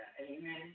Amen